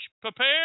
prepare